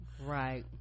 Right